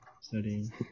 Studying